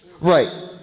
Right